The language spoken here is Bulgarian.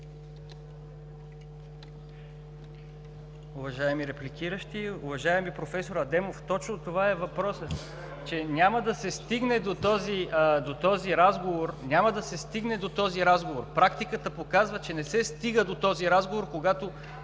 Уважаеми репликиращи, уважаеми господин Адемов! Точно тук е въпросът – че няма да се стигне до този разговор. Практиката показва, че не се стига до такъв разговор, когато